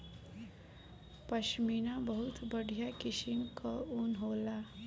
पश्मीना बहुत बढ़िया किसिम कअ ऊन होला